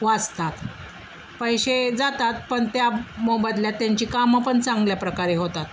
वाचतात पैसे जातात पण त्या मोबदल्यात त्यांची कामंपण चांगल्या प्रकारे होतात